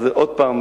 אז עוד פעם,